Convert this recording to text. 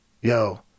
Yo